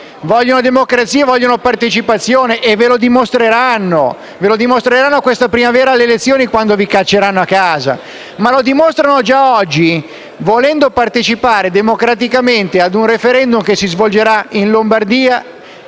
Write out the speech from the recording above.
Vogliono democrazia, vogliono partecipazione e ve lo dimostreranno la prossima primavera, alle elezioni, quando vi cacceranno a casa, ma lo dimostrano già oggi, volendo partecipare democraticamente ad un *referendum* che si svolgerà in Lombardia